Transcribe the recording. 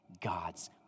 God's